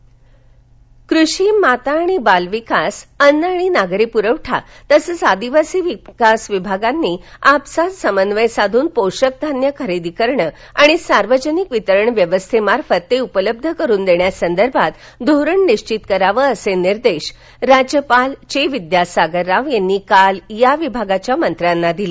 राज्यपाल कृषी माता आणि बालविकास अन्न आणि नागरी पुरवठा तसंच आदिवासी विकास विभागांनी आपसात समन्वय साधून पोषक धान्य खरेदी करणं आणि सार्वजनिक वितरण व्यवस्थेमार्फत ते उपलब्ध करून देण्यासंदर्भात धोरण निश्वित करावं असे निर्देश राज्यपाल चे विद्यासागर राव यांनी काल या विभागांच्या मंत्र्यांना दिले